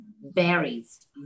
Berries